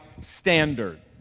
standard